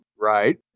Right